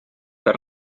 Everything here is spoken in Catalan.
per